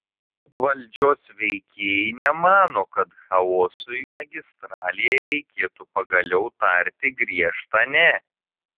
valdžios veikėjai nemano kad chaosui magistralėje reikėtų pagaliau tarti griežtą ne